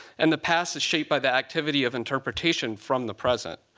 and the past is shaped by the activity of interpretation from the president.